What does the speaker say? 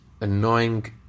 annoying